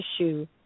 issue